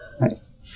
nice